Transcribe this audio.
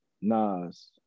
Nas